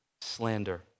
slander